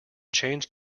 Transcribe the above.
change